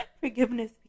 forgiveness